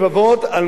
חס וחלילה,